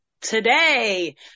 Today